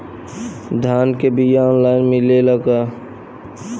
धान के बिया ऑनलाइन मिलेला?